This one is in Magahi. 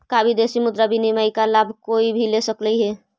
का विदेशी मुद्रा विनिमय का लाभ कोई भी ले सकलई हे?